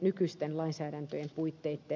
nykyisen lainsäädännön puitteitten ylikin